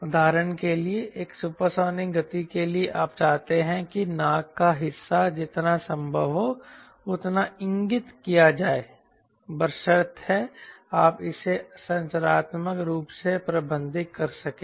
उदाहरण के लिए एक सुपरसोनिक गति के लिए आप चाहते हैं कि नाक का हिस्सा जितना संभव हो उतना इंगित किया जाए बशर्ते आप इसे संरचनात्मक रूप से प्रबंधित कर सकें